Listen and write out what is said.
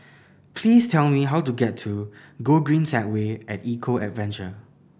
please tell me how to get to Gogreen Segway At Eco Adventure